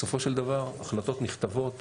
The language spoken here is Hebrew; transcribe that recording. בסופו של דבר, החלטות נכתבות,